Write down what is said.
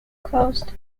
closed